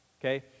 okay